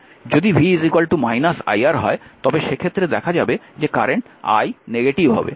যদি v iR হয় তবে সেক্ষেত্রে দেখা যাবে যে কারেন্ট i নেগেটিভ হবে